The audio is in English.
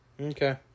Okay